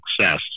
success